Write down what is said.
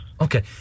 Okay